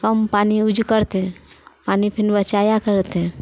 कम पानि यूज करतै पानि फेन बचाया करतै